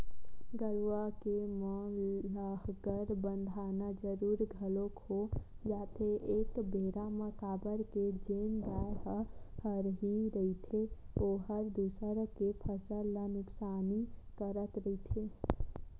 गरुवा के म लांहगर बंधाना जरुरी घलोक हो जाथे एक बेरा म काबर के जेन गाय ह हरही रहिथे ओहर दूसर के फसल ल नुकसानी करत रहिथे